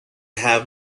have